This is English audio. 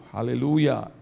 Hallelujah